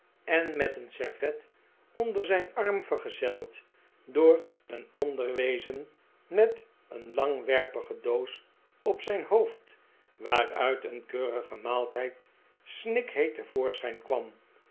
en met een servet onder zijn arm vergezeld door een ander wezen met een langwerpige doos op zijn hoofd waaruit een keurige maaltijd snikheet te voorschijn kwam